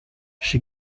she